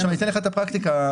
אגיד לך מה הפרקטיקה.